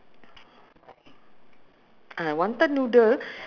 okay let's go on K what's your favourite food